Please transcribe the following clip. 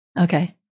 Okay